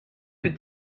que